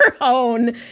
own